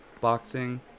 boxing